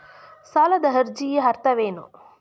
ಸಾಲದ ಅರ್ಜಿಯ ಅರ್ಥವೇನು?